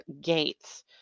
gates